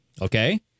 okay